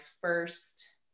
first